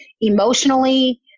emotionally